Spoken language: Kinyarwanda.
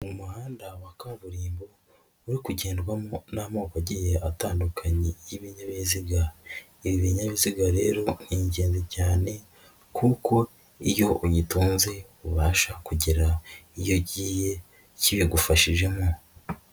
Umuhanda wa kaburimbo uri kugendwamo n'amoko agiye atandukanye y'ibinyabiziga, ibi binyabiziga rero ni ingenzi cyane kuko iyo ugitunze ubasha kugera iyo ugiye kibigufashijemo.